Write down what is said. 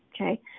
Okay